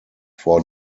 four